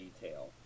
detail